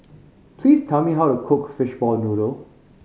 please tell me how to cook fishball noodle